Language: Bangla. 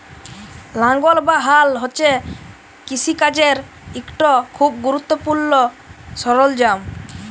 লাঙ্গল বা হাল হছে কিষিকাজের ইকট খুব গুরুত্তপুর্ল সরল্জাম